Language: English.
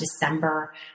December